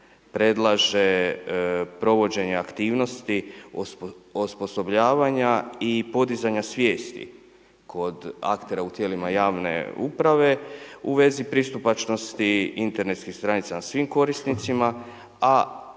predlaže provođenje aktivnosti osposobljavanja i podizanja svijesti kod aktera u tijelima javne uprave u vezi pristupačnosti internetskih stranica na svim korisnicima a